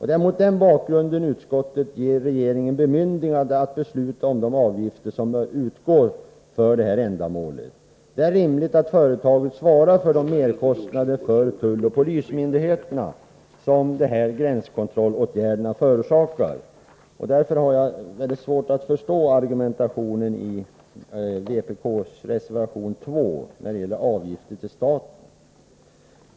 Det är mot den bakgrunden utskottet ger regeringen bemyndigande att besluta om de avgifter som bör utgå för det här ändamålet. Det är rimligt att företaget svarar för de merkostnader för tulloch polismyndigheterna som de här gränskontrollåtgärderna förorsakar. Därför har jag svårt att förstå argumentationen i vpk:s reservation 2 om avgifter till staten.